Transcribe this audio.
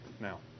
Now